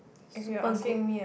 super good